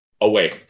away